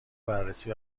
بررسی